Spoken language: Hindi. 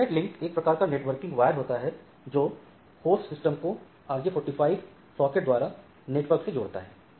इथरनेट लिंक एक प्रकार का नेटवर्किंग वायर होता है जो होस्ट सिस्टम को RJ45 गर्टिका द्वारा नेटवर्क से जोड़ता है